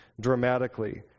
dramatically